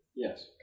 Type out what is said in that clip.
Yes